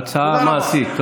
הצעה מעשית.